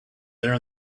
there